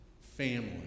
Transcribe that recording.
Family